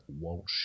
Walsh